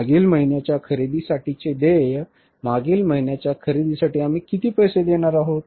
मागील महिन्यांच्या खरेदीसाठी देय मागील महिन्यांच्या खरेदीसाठी आम्ही किती पैसे देणार आहोत